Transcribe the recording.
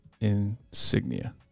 Insignia